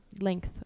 length